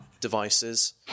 devices